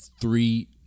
three